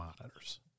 monitors